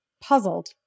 Puzzled